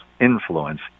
influence